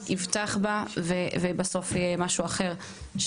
יבטח בה ובסוף יהיה משהו אחר.